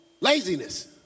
Laziness